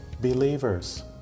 believers